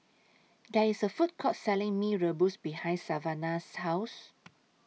There IS A Food Court Selling Mee Rebus behind Savannah's House